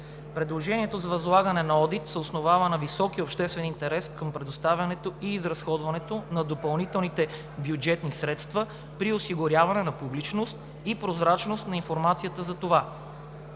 Предложението за възлагане на одит се основава на високия обществен интерес към предоставянето и изразходването на допълнителните бюджетни средства при осигуряване на публичност и прозрачност на информацията за това.